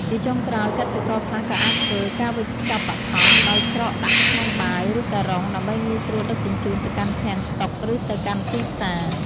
ជាចុងក្រោយ កសិករខ្លះក៏អាចធ្វើ ការវេចខ្ចប់បឋម ដោយច្រកដាក់ក្នុងបាវ ឬការុង ដើម្បីងាយស្រួលដឹកជញ្ជូនទៅកាន់ឃ្លាំងស្តុក ឬទៅកាន់ទីផ្សារ។